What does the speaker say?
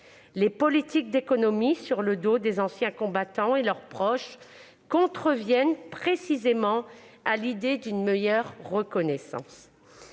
Les politiques d'économies sur le dos des anciens combattants et de leurs proches contreviennent précisément à l'idée d'une meilleure reconnaissance.